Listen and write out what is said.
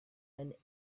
and